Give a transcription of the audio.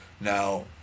Now